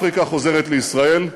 אפריקה חוזרת לישראל,